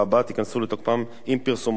ייכנסו לתוקפם עם פרסומו של החוק,